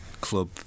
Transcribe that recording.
club